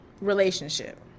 relationship